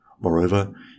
Moreover